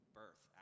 birth